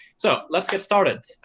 so let's get started.